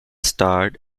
starred